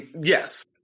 yes